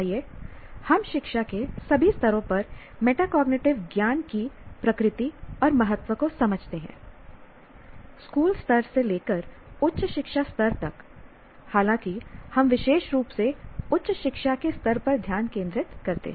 आइए हम शिक्षा के सभी स्तरों पर मेटाकॉग्निटिव ज्ञान की प्रकृति और महत्व को समझते हैं स्कूल स्तर से लेकर उच्च शिक्षा स्तर तक हालांकि हम विशेष रूप से उच्च शिक्षा के स्तर पर ध्यान केंद्रित करते हैं